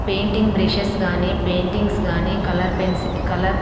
painting brushes కాని paintings కాని colour pencil colour